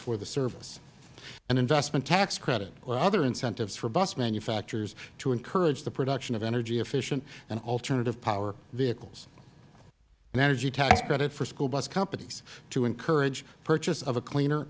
for the service an investment tax credit or other incentives for bus manufacturers to encourage the production of energy efficient and alternative power vehicles managing tax credit for school bus companies to encourage purchase of a cleaner